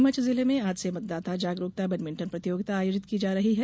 नीमच जिले में आज से मतदाता जागरूकता बैडमिटन प्रतियोगिता आयोजित की जा रही है